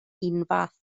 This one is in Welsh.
unfath